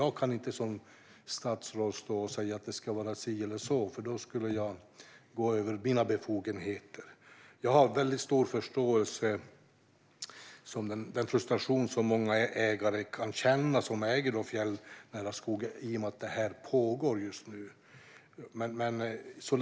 Jag kan inte som statsråd stå och säga att det ska vara si eller så, för då skulle jag överskrida mina befogenheter. Jag har väldigt stor förståelse för den frustration som många ägare av fjällnära skog kan känna i och med att det här just nu pågår.